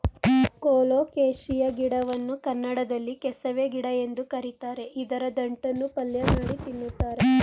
colocasia ಗಿಡವನ್ನು ಕನ್ನಡದಲ್ಲಿ ಕೆಸವೆ ಗಿಡ ಎಂದು ಕರಿತಾರೆ ಇದರ ದಂಟನ್ನು ಪಲ್ಯಮಾಡಿ ತಿನ್ನುತ್ತಾರೆ